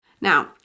Now